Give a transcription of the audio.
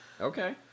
Okay